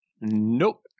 Nope